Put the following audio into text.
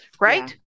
right